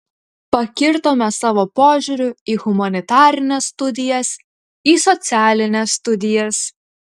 pakirtome savo požiūriu į humanitarines studijas į socialines studijas